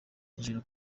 hejuru